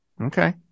Okay